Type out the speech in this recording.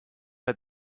but